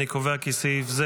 אני קובע כי סעיף זה,